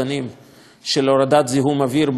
מאוד של הורדת זיהום אוויר במפרץ חיפה.